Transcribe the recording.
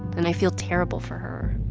and i feel terrible for her